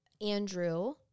Andrew